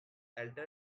alter